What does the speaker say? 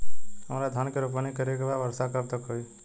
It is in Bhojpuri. हमरा धान के रोपनी करे के बा वर्षा कब तक होई?